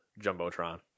Jumbotron